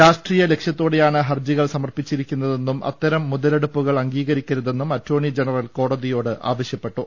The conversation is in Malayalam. രാഷ്ട്രീയ ലക്ഷ്യത്തോടെയാണ് ഹർജികൾ സമർപ്പിച്ചിരിക്കു ന്നതെന്നും അത്തരം മുതലെടുപ്പു കൾ അംഗീകരിക്കരുതെന്നും അറ്റോർണി ജനറൽ കോടതിയോട് ആവശ്യപ്പെട്ടു